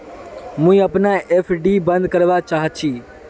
मुई अपना एफ.डी बंद करवा चहची